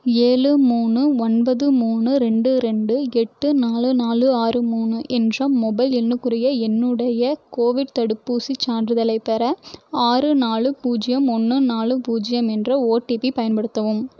ஏழு மூணு ஒன்பது மூணு ரெண்டு ரெண்டு எட்டு நாலு நாலு ஆறு மூணு என்ற மொபைல் எண்ணுக்குரிய என்னுடைய கோவிட் தடுப்பூசிச் சான்றிதழைப் பெற ஆறு நாலு பூஜ்யம் ஒன்று நாலு பூஜ்யம் என்ற ஓடிபி யன்படுத்தவும்